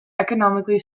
economically